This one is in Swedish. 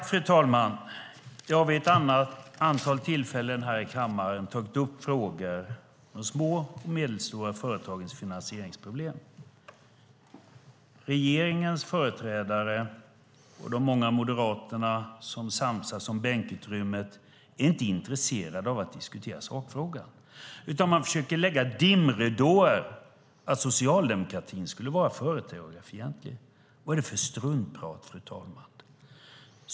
Fru talman! Jag har vid ett antal tillfällen här i kammaren tagit upp frågor om de små och medelstora företagens finansieringsproblem. Regeringens företrädare och de många moderater som samsas om bänkutrymmet är inte intresserade av att diskutera sakfrågan utan försöker lägga dimridåer. Att socialdemokratin skulle vara företagarfientlig - vad är det för struntprat?